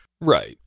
Right